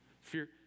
fear